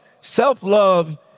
Self-love